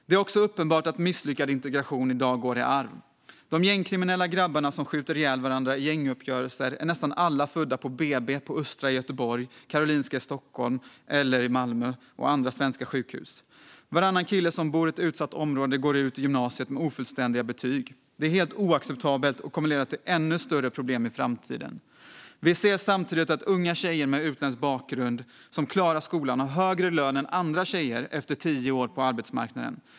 Det är också uppenbart att misslyckad integration i dag går i arv. De gängkriminella grabbarna som skjuter ihjäl varandra i gänguppgörelser är nästan alla födda på Östra sjukhuset i Göteborg, på Karolinska i Stockholm, i Malmö eller på andra svenska sjukhus. Varannan kille som bor i ett utsatt området går ut gymnasiet med ofullständiga betyg. Det är helt oacceptabelt och kommer att leda till ännu större problem i framtiden. Vi ser samtidigt att unga tjejer med utländsk bakgrund som klarar skolan har högre lön än andra tjejer efter tio år på arbetsmarknaden.